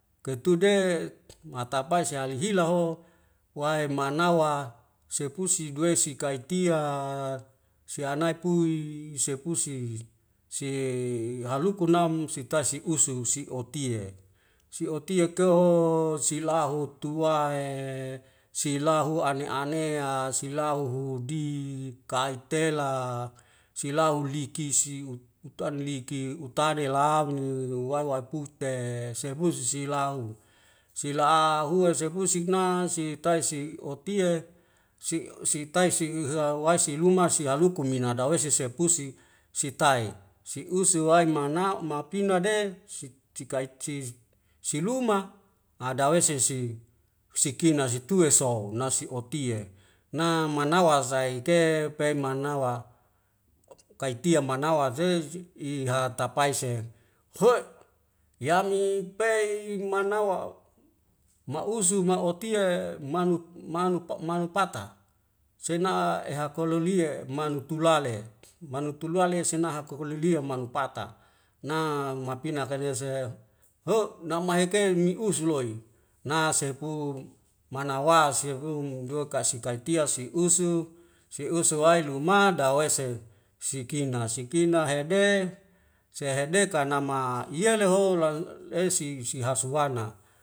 Ketude manapai sehali hila ho wae manawa sepsusi duwei si kaitia sianai pui sepusi sehaluku naum sita siusu si oti'e. siotiek o silahu tu a e silahu ane anea silahu di kai tela silau likisi ut utaliki utali laune waiwawipute seabus si silau silauhua sepusik na si tai si oti'e si' sitai si he'wai siluma sihaluku mina dawese se pusi sitae siusu wae mahana mapina de sit sikai siz siluma adawese si sikina situe soul nasioti'e na manawa wazaik ke pei manawa kaitia manawa seiz'si i hatapae se hoi!!! Yami pei manawa ma'uzu maoti'e manuk manupa manupata sena ehakolo lie' manuk tula le manuk tula le senaha koko lia manuk pata na mapina kanese ho'!!! Namahe ke mi usuloi nasepung manawa sefung dua'ka' sikai tias si usu seusu wae luma dawese sikina sikina hede sehede kanama iyele holal esi si hasuana